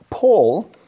Paul